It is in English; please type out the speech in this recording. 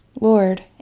Lord